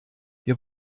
wir